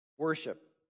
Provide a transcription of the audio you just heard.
Worship